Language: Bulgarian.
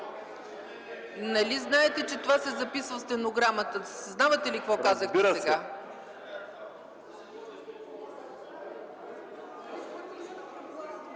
нали знаете, че това се записва с стенограмата. Съзнавате ли какво казахте сега?!